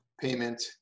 payment